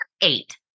eight